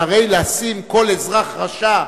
שהרי לשים כל אזרח רשע,